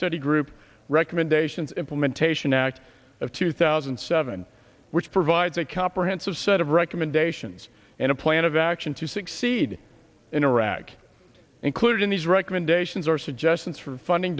study group recommendations implementation act of two thousand and seven which provides a comprehensive set of recommendations and a plan of action to six lead in iraq included in these recommendations are suggestions for funding